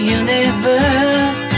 universe